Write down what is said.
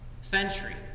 century